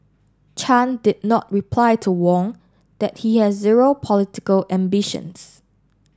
Chan did not reply to Wong that he has zero political ambitions